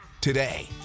today